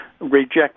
reject